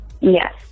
Yes